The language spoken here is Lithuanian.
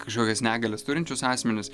kažkokias negalias turinčius asmenis